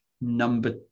Number